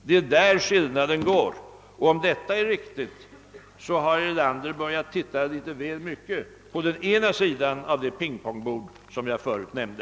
Däri ligger skillnaden, och om det är riktigt har herr Erlander börjat se litet väl mycket på den ena sidan av det ping-pong bord som jag förut nämnde.